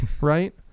right